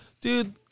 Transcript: Dude